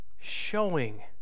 showing